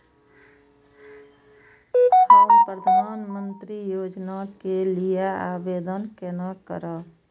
हम प्रधानमंत्री योजना के लिये आवेदन केना करब?